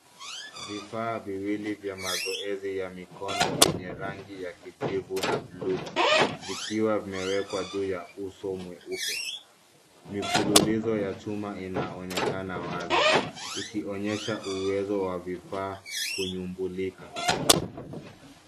Vifaa viwili vya mazoezi ya mikono yenye rangi ya kijivu na buluu, vikiwa vimewekwa juu ya uso mweupe. Mifululizo ya chuma inaonekana wazi ikionyesha uwezo wa vifaa kunyumbulika.